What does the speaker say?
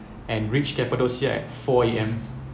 and reach cappadocia at four A_M